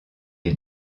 est